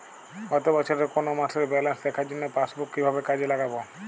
গত বছরের কোনো মাসের ব্যালেন্স দেখার জন্য পাসবুক কীভাবে কাজে লাগাব?